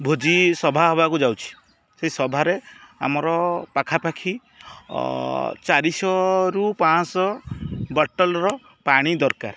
ଭୋଜି ସଭା ହେବାକୁ ଯାଉଛି ସେଇ ସଭାରେ ଆମର ପାଖାପାଖି ଚାରିଶହରୁ ପାଞ୍ଚଶହ ବଟଲ୍ର ପାଣି ଦରକାର